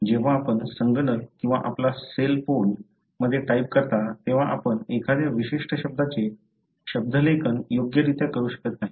जेव्हा आपण संगणक किंवा आपला सेल फोन मध्ये टाइप करता तेव्हा आपण एखाद्या विशिष्ट शब्दाचे शब्दलेखन योग्यरित्या करू शकत नाही